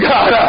God